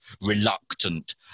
reluctant